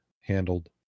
handled